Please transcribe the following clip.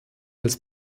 des